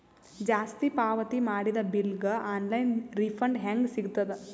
ಜಾಸ್ತಿ ಪಾವತಿ ಮಾಡಿದ ಬಿಲ್ ಗ ಆನ್ ಲೈನ್ ರಿಫಂಡ ಹೇಂಗ ಸಿಗತದ?